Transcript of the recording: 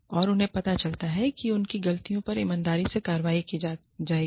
और उन्हें पता चलता है कि उनकी ग़लतियों पर ईमानदारी से कार्रवाई की जाएगी